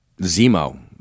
Zemo